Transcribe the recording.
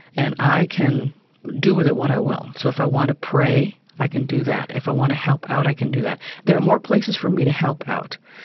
and i can do with it what i will. so if i want to pray, i can do that. if i want to help out, i can do that. there are more places for me to help out.